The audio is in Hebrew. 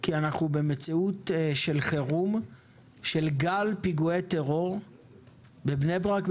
כי אנחנו במציאות של חירום של גל פיגועי טרור בבני ברק,